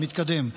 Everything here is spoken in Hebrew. המתקדם,